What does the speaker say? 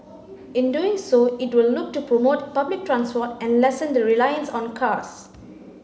in doing so it will look to promote public transport and lessen the reliance on cars